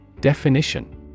Definition